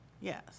Yes